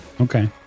Okay